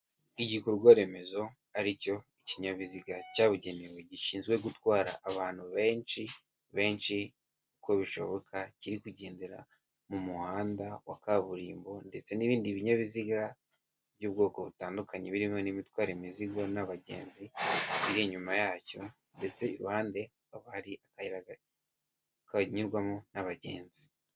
Igikorwa remezo aricyo kinyabiziga cyabugenewe gishinzwe gutwara abantu benshi benshi uko bishoboka kiri kugendera mu muhanda wa kaburimbo ndetse n'ibindi binyabiziga by'ubwoko butandukanye birimo n'ibitwara imizigo n'abagenzi biri inyuma yacyo ndetse iruhandebande haaba hari akakayira kanyurwamo n'abagenzi.